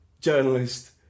journalist